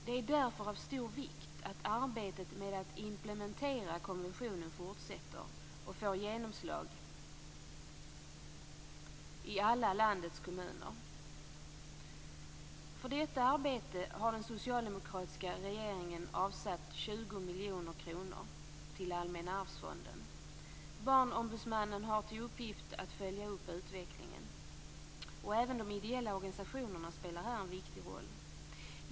Det är därför av stor vikt att arbetet med att implementera konventionen fortsätter och får genomslag i landets alla kommuner. För detta arbete har den socialdemokratiska regeringen avsatt 20 miljoner kronor till Allmänna arvsfonden. Barnombudsmannen har till uppgift att följa utvecklingen. Även de ideella organisationerna spelar här en viktig roll.